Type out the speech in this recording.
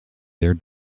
their